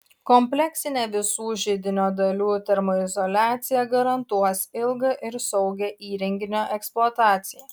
kompleksinė visų židinio dalių termoizoliacija garantuos ilgą ir saugią įrenginio eksploataciją